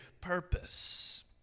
purpose